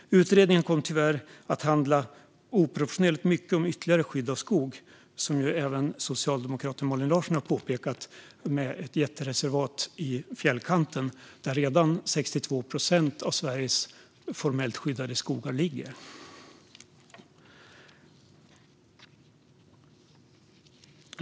Utredningen kom tyvärr att handla oproportionerligt mycket om ytterligare skydd av skog. Som socialdemokraten Malin Larsson har påpekat finns ett jättereservat vid fjällkanten där redan 62 procent av Sveriges formellt skyddade skogar ligger.